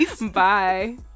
Bye